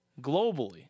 globally